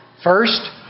First